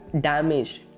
damaged